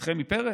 את חמי פרס?